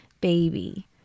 baby